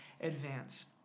advance